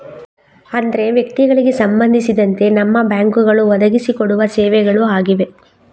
ಅಂದ್ರೆ ವ್ಯಕ್ತಿಗಳಿಗೆ ಸಂಬಂಧಿಸಿದಂತೆ ನಮ್ಮ ಬ್ಯಾಂಕುಗಳು ಒದಗಿಸಿ ಕೊಡುವ ಸೇವೆಗಳು ಆಗಿವೆ